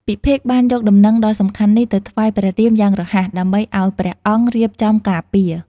ពិភេកបានយកដំណឹងដ៏សំខាន់នេះទៅថ្វាយព្រះរាមយ៉ាងរហ័ស ដើម្បីឲ្យព្រះអង្គរៀបចំការពារ។